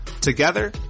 Together